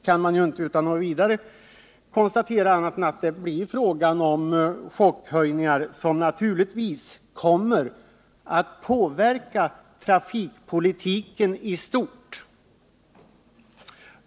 Man kan inte annat än konstatera att det blir fråga om chockhöjningar som naturligtvis kommer att påverka trafikpolitiken i stort.